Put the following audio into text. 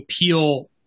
appeal